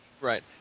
Right